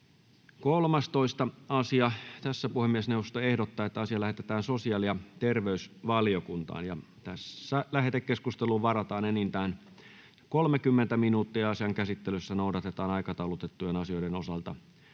13. asia. Puhemiesneuvosto ehdottaa, että asia lähetetään sosiaali- ja terveysvaliokuntaan. Lähetekeskusteluun varataan enintään 30 minuuttia. Asian käsittelyssä noudatetaan aikataulutettujen asioiden osalta